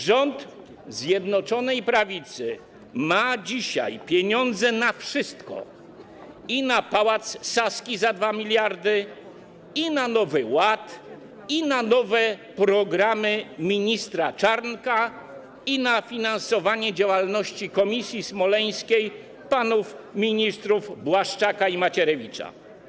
Rząd Zjednoczonej Prawicy ma dzisiaj pieniądze na wszystko: i na pałac Saski za 2 mld, i na Nowy Ład, i na nowe programy ministra Czarnka, i na finansowanie działalności komisji smoleńskiej panów ministrów Błaszczaka i Macierewicza.